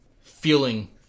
feeling